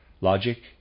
Logic